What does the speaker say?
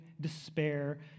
despair